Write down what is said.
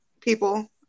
people